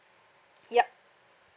yup